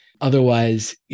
Otherwise